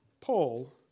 Paul